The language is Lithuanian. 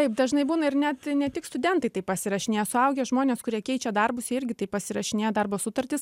taip dažnai būna ir net ne tik studentai taip pasirašinėja suaugę žmonės kurie keičia darbus jie irgi taip pasirašinėja darbo sutartis